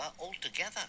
altogether